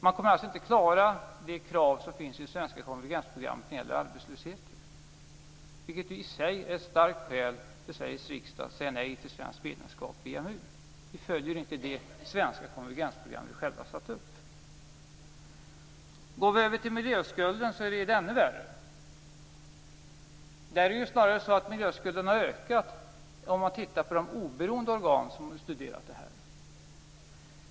Man kommer alltså inte att klara de krav som finns i det svenska konvergensprogrammet när det gäller arbetslösheten, vilket i sig är ett starkt skäl för Sveriges riksdag att säga nej till svenskt medlemskap i EMU. Vi följer inte det svenska konvergensprogram som vi själva har satt upp. När det gäller miljöskulden är situationen ännu värre. Det är ju snarare så att miljöskulden har ökat enligt de oberoende organ som har studerat frågan.